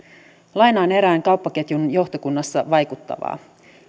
lainaan erään kauppaketjun johtokunnassa vaikuttavaa